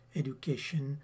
education